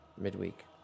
midweek